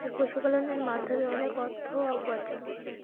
তাই পশুপালনের মাধ্যমে অনেক অর্থ উপার্জন করে